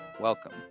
welcome